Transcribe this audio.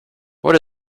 what